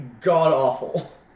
god-awful